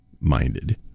minded